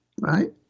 right